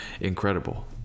incredible